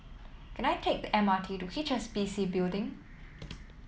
can I take the M R T to H S B C Building